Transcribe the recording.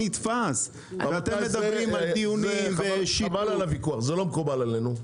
חבל על הוויכוח, הסיפור הזה לא מקובל עלינו.